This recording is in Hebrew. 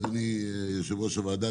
אדוני יושב ראש הוועדה,